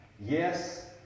Yes